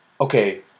Okay